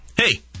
Hey